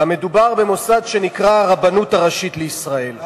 ומדובר במוסד שנקרא הרבנות הראשית לישראל.